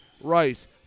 Rice